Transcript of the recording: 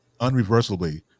unreversibly